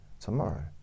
tomorrow